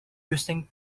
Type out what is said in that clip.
using